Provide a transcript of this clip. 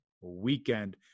weekend